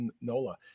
NOLA